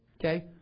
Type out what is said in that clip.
Okay